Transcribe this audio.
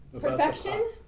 perfection